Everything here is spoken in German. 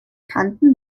kanten